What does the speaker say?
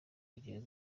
ibihugu